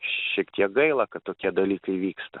šiek tiek gaila kad tokie dalykai vyksta